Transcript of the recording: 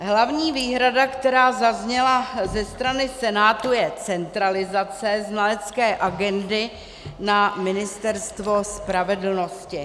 Hlavní výhrada, která zazněla ze strany Senátu, je centralizace znalecké agendy na Ministerstvo spravedlnosti.